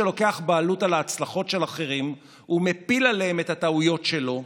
שלוקח בעלות על ההצלחות של אחרים ומפיל עליהם את הטעויות שלו.